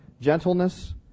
Gentleness